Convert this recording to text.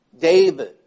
David